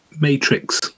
Matrix